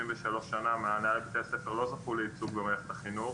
73 שנה מהנהלת בתי הספר לא זכו לייצוג במערכת החינוך